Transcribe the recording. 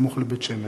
סמוך לבית-שמש.